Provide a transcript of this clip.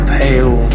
pale